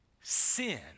sin